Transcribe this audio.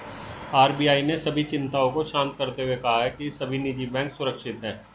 RBI ने सभी चिंताओं को शांत करते हुए कहा है कि सभी निजी बैंक सुरक्षित हैं